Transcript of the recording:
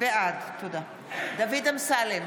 בעד דוד אמסלם,